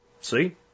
See